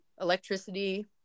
electricity